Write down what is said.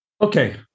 Okay